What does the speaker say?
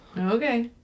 Okay